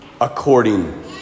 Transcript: according